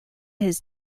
his